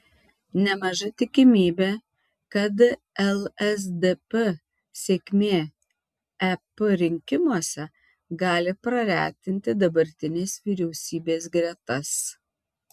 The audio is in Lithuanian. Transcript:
nemaža tikimybė kad lsdp sėkmė ep rinkimuose gali praretinti dabartinės vyriausybės gretas